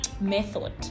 method